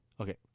Okay